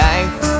Life